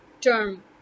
term